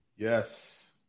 Yes